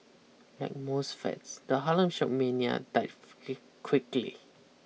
like most fads the Harlem Shake mania died quickly